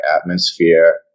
atmosphere